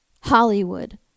Hollywood